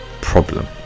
problem